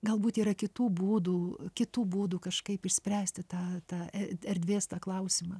galbūt yra kitų būdų kitų būdų kažkaip išspręsti tą tą e erdvės tą klausimą